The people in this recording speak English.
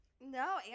No